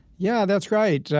yeah, that's right. yeah